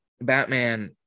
Batman